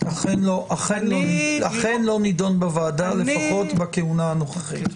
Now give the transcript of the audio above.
אכן לא נידון בוועדה, לפחות בכהונה הנוכחית.